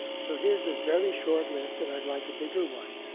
so here's his very short list, and i'd like a bigger one.